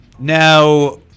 Now